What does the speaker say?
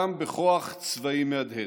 גם בכוח צבאי מהדהד.